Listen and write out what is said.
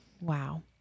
Wow